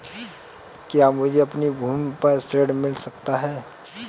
क्या मुझे अपनी भूमि पर ऋण मिल सकता है?